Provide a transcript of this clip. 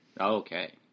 Okay